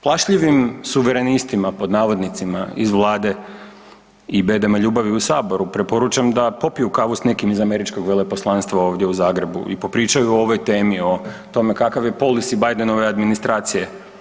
Plašljivim suverenistima, pod navodnicima, iz Vlada i bedema ljubavi u Saboru preporučam da popiju kavu s nekim iz Američkog veleposlanstva ovdje u Zagrebu i popričaju o ovoj temi, o tome kakav je policy Bidenove administracije.